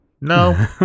No